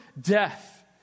death